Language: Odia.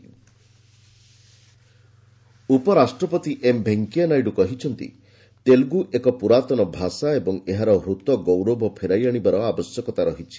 ଭିପି ତେଲୁଗୁ ଉପରାଷ୍ଟ୍ରପତି ଏମ୍ ଭେଙ୍କିୟା ନାଇଡୁ କହିଛନ୍ତି ତେଲୁଗୁ ଏକ ପୁରାତନ ଭାଷା ଏବଂ ଏହାର ହୃତ ଗୌରବ ଫେରାଇ ଆଣିବାର ଆବଶ୍ୟକତା ରହିଛି